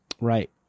Right